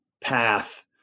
path